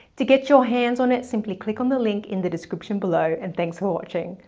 to get your hands on it, simply click on the link in the description below and thanks for watching.